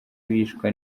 bicwa